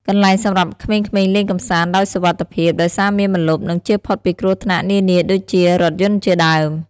កន្លែងសម្រាប់ក្មេងៗលេងកម្សាន្ត ដោយសុវត្ថិភាព ដោយសារមានម្លប់ និងជៀសផុតពីគ្រោះថ្នាក់នានាដូចជា រថយន្តជាដើម ។